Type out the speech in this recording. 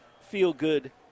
feel-good